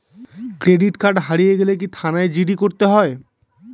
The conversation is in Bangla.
ক্রেডিট কার্ড হারিয়ে গেলে কি থানায় জি.ডি করতে হয়?